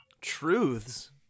Truths